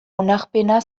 onarpena